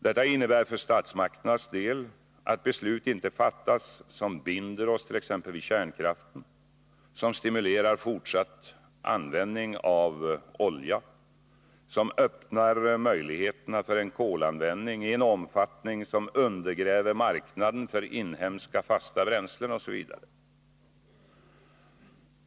Detta innebär för statsmakternas del att beslut inte fattas som binder oss t.ex. vid kärnkraften, som stimulerar fortsatt användning av olja, som öppnar möjligheter för kolanvändning i en omfattning som undergräver marknaden för inhemska fasta bränslen osv.